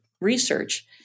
research